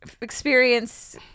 experience